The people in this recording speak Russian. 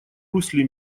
русле